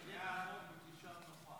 למה לא?